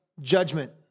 judgment